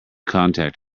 contact